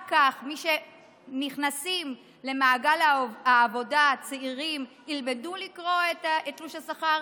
רק כך צעירים שנכנסים למעגל העבודה ילמדו לקרוא את תלוש השכר.